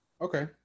Okay